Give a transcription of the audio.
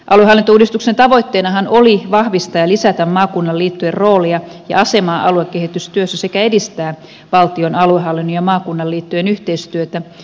aluehallintouudistuksen tavoitteenahan oli vahvistaa ja lisätä maakunnan liittojen roolia ja asemaa aluekehitystyössä sekä edistää valtion aluehallinnon ja maakunnan liittojen yhteistyötä